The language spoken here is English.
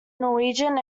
norwegian